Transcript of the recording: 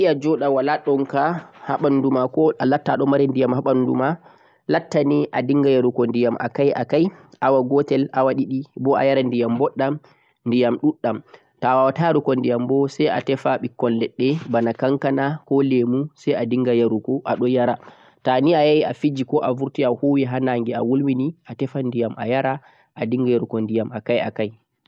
Adinga yarugo ndiyam akai akai, ta joɗu ɓe ɗunka.